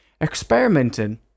Experimenting